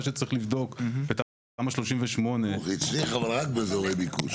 זה הצליח אבל רק באזורי ביקוש.